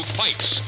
fights